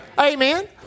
Amen